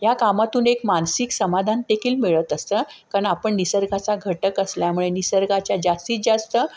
या कामातून एक मानसिक समाधान देखील मिळत असतं कारण आपण निसर्गाचा घटक असल्यामुळे निसर्गाच्या जास्तीत जास्त